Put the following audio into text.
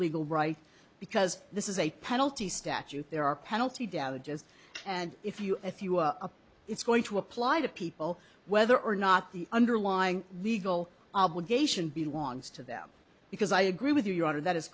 legal right because this is a penalty statute there are penalty damages and if you if you a it's going to apply to people whether or not the underlying legal obligation belongs to them because i agree with you your honor that is